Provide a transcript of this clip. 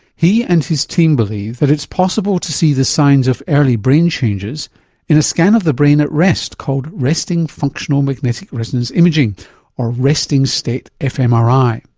he and his team believe that it's possible to see the signs of early brain changes in a scan of the brain at rest called resting functional magnetic resonance imaging or resting state fmri.